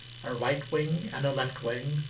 a right wing and a left wing,